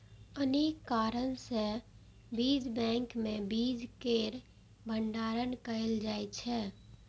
अनेक कारण सं बीज बैंक मे बीज केर भंडारण कैल जाइ छै